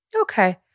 Okay